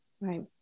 Right